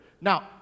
Now